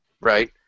right